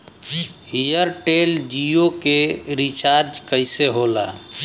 Airtel Jio के recharge कैसे होला?